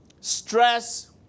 Stress